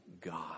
God